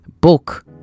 book